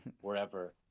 wherever